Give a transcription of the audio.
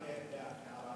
רק ליידע,